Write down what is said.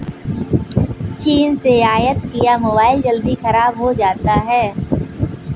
चीन से आयत किया मोबाइल जल्दी खराब हो जाता है